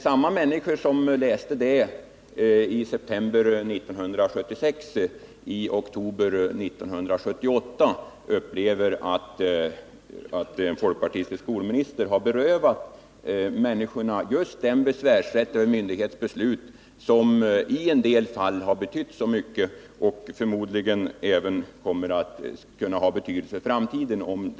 Samma människor som i september 1976 läste det, upplevde i oktober 1978 att en folkpartistisk skolminister hade berövat människorna just den besvärsrätt över myndighets beslut som i en del fall har haft mycket stor betydelse och också skulle kunna ha det i framtiden.